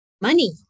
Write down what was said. Money